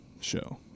show